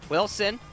Wilson